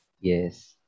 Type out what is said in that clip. Yes